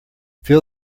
fill